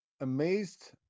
amazed